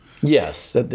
yes